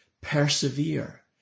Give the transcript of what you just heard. persevere